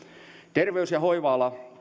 terveys ja